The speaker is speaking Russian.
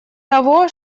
того